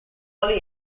only